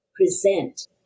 present